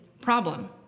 problem